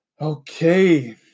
Okay